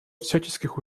всяческих